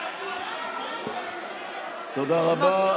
תודה רבה.